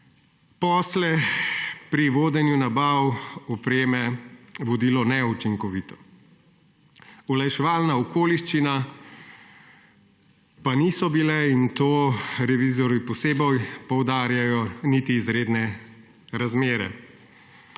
posle pri vodenju nabav opreme vodili neučinkovito. Olajševalna okoliščina pa niso bile, in to revizorji posebej poudarjajo, niti izredne razmere.